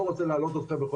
לא רוצה להלאות אתכם,